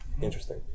interesting